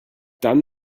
done